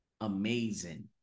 amazing